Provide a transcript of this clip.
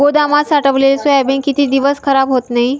गोदामात साठवलेले सोयाबीन किती दिवस खराब होत नाही?